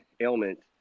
ailment